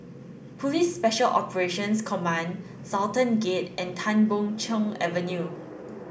Police Special Operations Command Sultan Gate and Tan Boon Chong Avenue